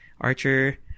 Archer